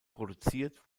produziert